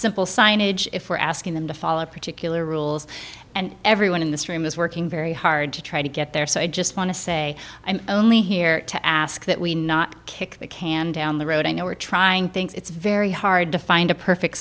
simple signage if we're asking them to follow particular rules and everyone in this room is working very hard to try to get there so i just want to say i'm only here to ask that we not kick the can down the road i know we're trying things it's very hard to find a perfect